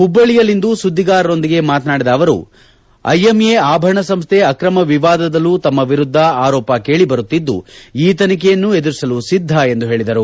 ಹುಬ್ಬಳ್ಳಿಯಲ್ಲಿಂದು ಸುದ್ವಿಗಾರರೊಂದಿಗೆ ಮಾತನಾಡಿದ ಅವರು ಐಎಂಎ ಆಭರಣ ಸಂಸ್ಠೆ ಆಕ್ರಮ ವಿವಾದದಲ್ಲೂ ತಮ್ಮ ವಿರುದ್ದ ಆರೋಪ ಕೇಳಿ ಬರುತ್ತಿದ್ದು ಈ ತನಿಖೆಯನ್ನು ಎದುರಿಸಲೂ ಸಿದ್ದ ಎಂದು ಪೇಳಿದರು